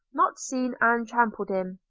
not seen and trampled in.